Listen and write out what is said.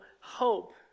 hope